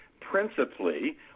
principally